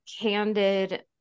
candid